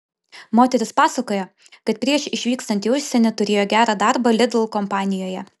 moteris pasakoja kad prieš išvykstant į užsienį turėjo gerą darbą lidl kompanijoje